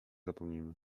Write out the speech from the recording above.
zapomnimy